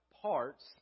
parts